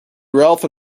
ralph